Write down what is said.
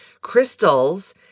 Crystals